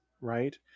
Right